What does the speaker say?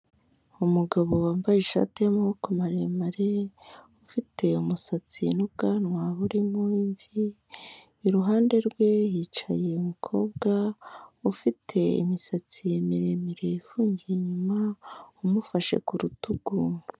Umugabo wambaye ishati y'amaboko maremare, ufite umusatsi n'ubwanwa burimo imvi, iruhande rwe hicaye umukobwa ufite imisatsi miremire ifungiye inyuma umufashe ku rutugu.